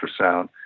ultrasound